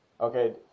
Okay